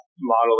modeling